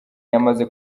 yamaze